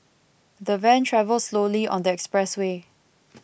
the van travelled slowly on the expressway